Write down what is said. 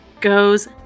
goes